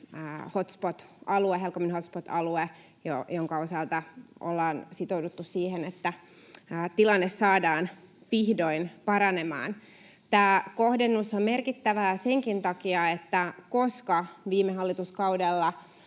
hotspot-alue, jonka osalta ollaan sitouduttu siihen, että tilanne saadaan vihdoin paranemaan. Tämä kohdennus on merkittävä senkin takia, että koska viime hallituskaudella